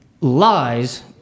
lies